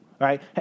right